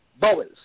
bowels